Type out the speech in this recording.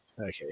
Okay